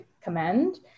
commend